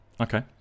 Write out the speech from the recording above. Okay